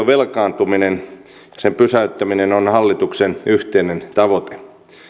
velkaantumisen pysäyttäminen on hallituksen yhteinen tavoite